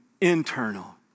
internal